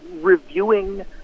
reviewing